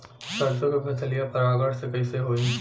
सरसो के फसलिया परागण से कईसे होई?